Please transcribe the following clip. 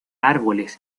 árboles